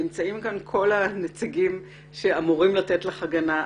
נמצאים כאן כל הנציגים שאמורים לתת לך הגנה,